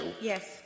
Yes